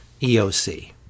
EOC